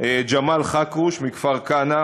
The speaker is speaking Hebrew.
ג'מאל חכרוש מכפר-כנא.